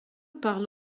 parle